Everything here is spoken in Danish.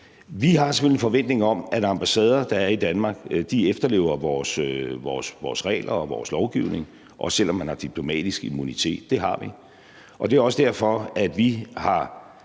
Vi har selvfølgelig en forventning om, at ambassader, der er i Danmark, efterlever vores regler og vores lovgivning, også selv om man har diplomatisk immunitet; det har vi. Det er også derfor, vi har